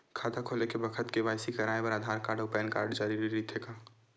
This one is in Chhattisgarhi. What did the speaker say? खाता खोले के बखत के.वाइ.सी कराये बर आधार कार्ड अउ पैन कार्ड जरुरी रहिथे